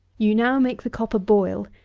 you now make the copper boil,